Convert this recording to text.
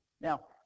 Now